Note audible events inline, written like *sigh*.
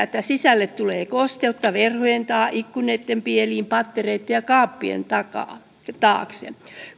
*unintelligible* että sisälle tulee kosteutta verhojen taa ikkunoitten pieliin pattereitten ja kaappien taakse